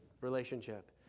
relationship